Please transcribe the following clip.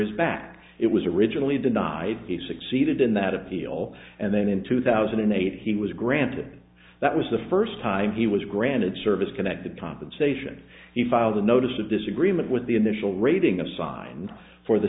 his back it was originally denied he succeeded in that appeal and then in two thousand and eight he was granted that was the first time he was granted service connected compensation he filed a notice of disagreement with the initial rating assigned for the